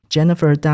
Jennifer